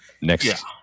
next